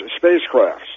spacecrafts